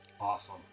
Awesome